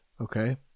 okay